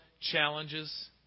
challenges